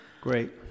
Great